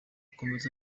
akomeza